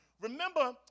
remember